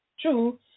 true